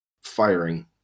firing